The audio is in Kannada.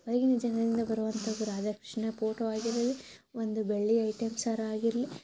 ಹೊರಗಿನ ಜನರಿಂದ ಬರುವಂಥದ್ದು ರಾಧಾಕೃಷ್ಣ ಪೋಟೋ ಆಗಿರಲಿ ಒಂದು ಬೆಳ್ಳಿ ಐಟೆಮ್ಸ್ ಅರ ಆಗಿರಲಿ